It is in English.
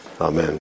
Amen